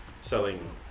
selling